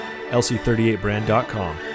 lc38brand.com